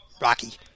Rocky